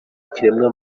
ikiremwa